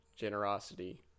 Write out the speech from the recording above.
Generosity